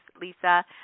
lisa